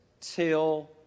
till